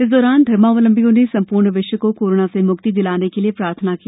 इस दौरान धर्मावलंबियों ने संप्रर्ण विश्व को कोरोना से मुक्ति दिलाने के लिए भी प्रार्थना की